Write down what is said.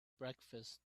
breakfast